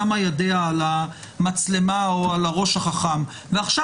שמה ידיה על המצלמה או על הראש החכם ועכשיו